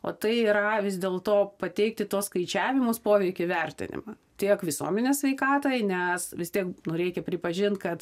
o tai yra vis dėl to pateikti tuos skaičiavimus poveikio įvertinimą tiek visuomenės sveikatai nes vis tiek nu reikia pripažint kad